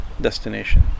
destination